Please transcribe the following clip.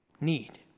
need